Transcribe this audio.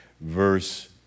verse